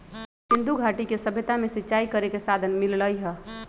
सिंधुघाटी के सभ्यता में सिंचाई करे के साधन मिललई ह